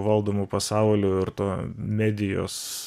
valdomu pasauliu ir tuo medijos